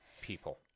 people